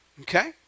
Okay